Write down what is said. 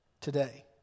today